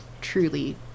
truly